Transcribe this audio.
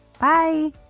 Bye